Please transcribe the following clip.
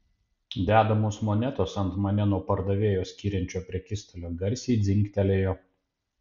dedamos monetos ant mane nuo pardavėjo skiriančio prekystalio garsiai dzingtelėjo